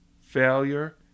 failure